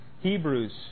Hebrews